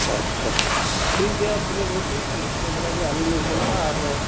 ᱟᱪᱪᱷᱟ ᱴᱷᱤᱠ ᱜᱮᱭᱟ ᱛᱚᱵᱮ ᱜᱚᱝᱠᱮ ᱤᱱᱠᱟᱹ ᱫᱷᱟᱨᱟᱜᱮ ᱟᱹᱞᱤᱧ ᱞᱤᱧ ᱪᱟᱞᱟᱜᱼᱟ ᱟᱨ